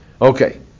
Okay